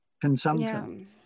consumption